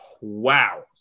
Wow